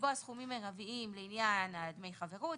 לקבוע סכומים מרביים לעניין דמי החברות,